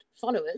followers